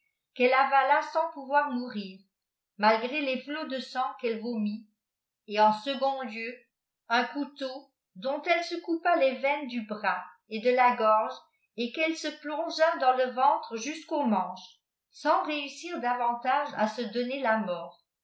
qu'elle avala sans pouvoir mourir malgré les flots de sang qu'elle vcit et en second ueu un couteau idont elle f e coupa les veines du bras et de la gorge et qu'elle se rongea dans le ventre jufqu'au manche sans réussir davantage a s donner la noft